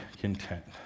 content